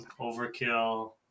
Overkill